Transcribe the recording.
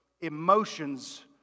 emotions